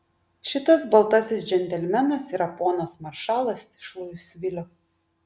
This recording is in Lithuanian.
šitas baltasis džentelmenas yra ponas maršalas iš luisvilio